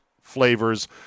flavors